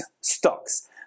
stocks